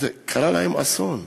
קרה להם אסון,